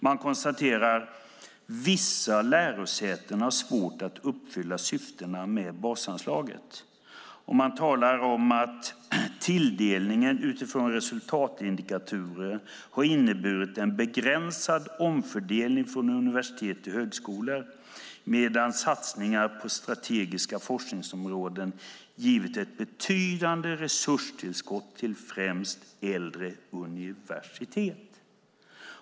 Man konstaterar att "vissa lärosäten har svårt att uppfylla syftena med basanslaget" och att "tilldelningen utifrån resultatindikatorer har inneburit en begränsad omfördelning från universitet till högskolor, medan satsningarna på strategiska forskningsområden har givit ett betydande resurstillskott till främst äldre universitet".